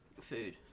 food